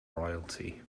royalty